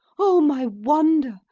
oh, my wonder,